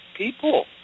People